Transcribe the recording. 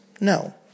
No